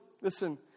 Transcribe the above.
listen